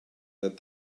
that